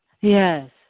Yes